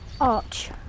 arch